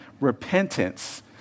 repentance